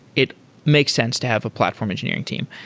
it makes sense to have a platform engineering team.